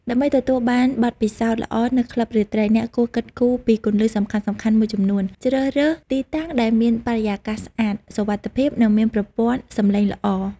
ដើម្បីទទួលបានបទពិសោធន៍ល្អនៅក្លឹបរាត្រី អ្នកគួរគិតគូរពីគន្លឹះសំខាន់ៗមួយចំនួន ជ្រើសរើសទីតាំងដែលមាន បរិយាកាសស្អាត សុវត្ថិភាព និងមាន ប្រព័ន្ធសំឡេងល្អ។